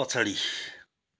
पछाडि